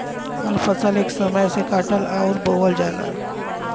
हर फसल एक समय से काटल अउर बोवल जाला